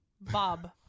Bob